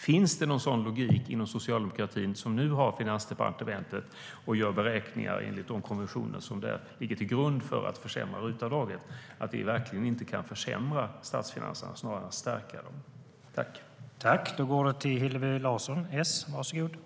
Finns det någon logik inom socialdemokratin, som nu har Finansdepartementet och som gör beräkningar enligt de konventioner som där ligger till grund för att försämra RUT-avdraget, som tyder på att detta verkligen inte kan försämra statsfinanserna utan snarare stärka dem?